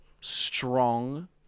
strong